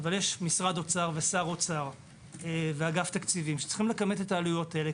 אבל יש משרד אוצר ושר אוצר ואגף תקציבים שצריכים לכמת א העלויות האלה,